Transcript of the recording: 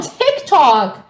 tiktok